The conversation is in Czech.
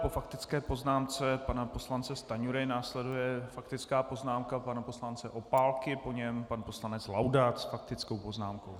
Po faktické poznámce pana poslance Stanjury následuje faktická poznámka pana poslance Opálky, po něm pan poslanec Laudát s faktickou poznámkou.